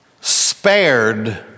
spared